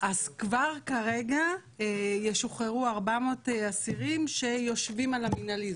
כבר רגע ישוחררו 400 אסירים שיושבים על המינהלי,